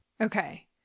Okay